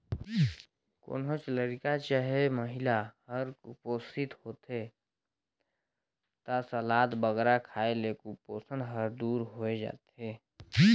कोनोच लरिका चहे महिला हर कुपोसित होथे ता सलाद बगरा खाए ले कुपोसन हर दूर होए जाथे